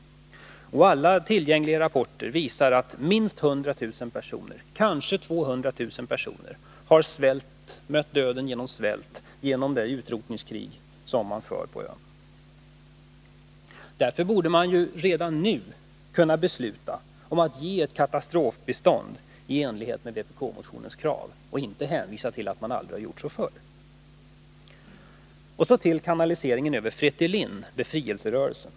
Alla tillgängliga rapporter visar att minst 100 000 — kanske 200 000 — har mött döden genom svält på grund av det utrotningskrig som förs på ön. Nr 138 Därför borde man redan nu kunna besluta om att ge katastrofbistånd i å ; Onsdagen de enlighet med vpk-motionens krav, i stället för att hänvisa till att man aldrig 8 5 5 maj 1982 har gjort så förr. J Sedan till frågan om kanaliseringen över Fretilin, befrielserörelsen.